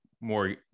more